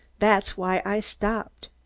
that's why i stopped.